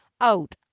out